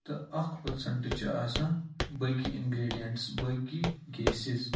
تہٕ اَکھ پٔرسَنٹ چھِ آسان بٲقٕے اِنگریڈِیَنٹٕس بٲقٕے گِیسِز